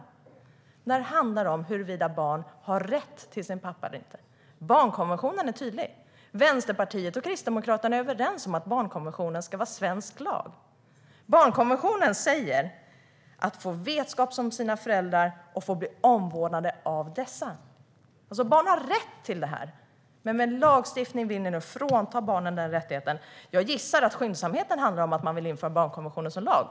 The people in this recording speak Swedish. Det här handlar om huruvida barn har rätt till sin pappa eller inte. Barnkonventionen är tydlig. Vänsterpartiet och Kristdemokraterna är överens om att barnkonventionen ska vara svensk lag. Barnkonventionen säger att barn ska få vetskap om vilka som är deras föräldrar och få omvårdnad av dessa. Barn har alltså rätt till det, men med lagstiftningen vill ni nu frånta barnen den rättigheten. Jag gissar att skyndsamheten handlar om att man vill införa barnkonventionen som lag.